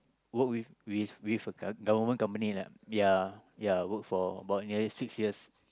work with with with a gov~ government company lah ya ya work for about nearly six years